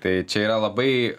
tai čia yra labai